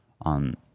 on